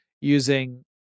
using